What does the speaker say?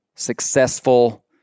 Successful